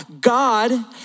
God